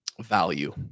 value